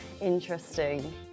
Interesting